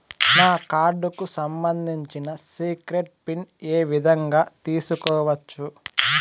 నా కార్డుకు సంబంధించిన సీక్రెట్ పిన్ ఏ విధంగా తీసుకోవచ్చు?